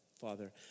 Father